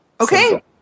Okay